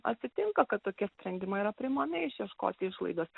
atsitinka kad tokie sprendimai yra priimami išieškoti išlaidas